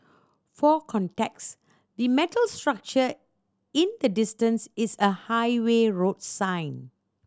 for context the metal structure in the distance is a highway road sign